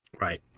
Right